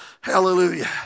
hallelujah